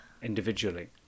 Individually